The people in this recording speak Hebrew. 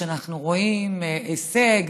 שאנחנו רואים הישג,